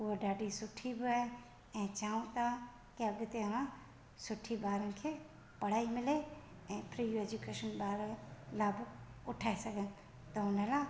हूअ ॾाढी सुठी ॿ आहे ऐं चाहूं था की अॻिते अञा सुठी ॿारनि खे पढ़ाई मिले ऐं फ्री एजुकेशन ॿारनि लाभ उठाइ सघनि त हुन लाइ